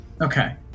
Okay